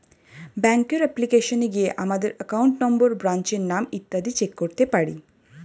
ব্যাঙ্কের অ্যাপ্লিকেশনে গিয়ে আমাদের অ্যাকাউন্ট নম্বর, ব্রাঞ্চের নাম ইত্যাদি চেক করতে পারি